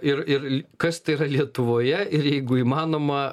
ir ir kas tai yra lietuvoje ir jeigu įmanoma